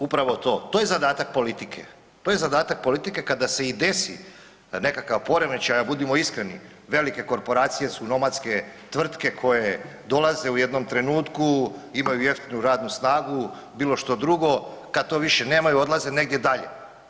Upravo to, to je zadatak politike, to je zadatak politike kada se i desi nekakav poremećaj a budimo iskreni, velike korporacije su nomadske tvrtke koje dolaze u jednom trenutku, imaju jeftinu radnu snagu, bilo što drugo, kad to više nemaju, odlaze negdje dalje.